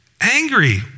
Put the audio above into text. angry